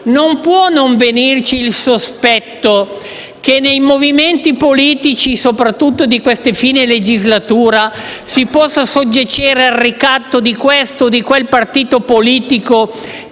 Non può non venirci il sospetto che nei movimenti politici, soprattutto di questa fine legislatura, si possa soggiacere al ricatto di questo o di quel partito politico